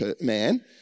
man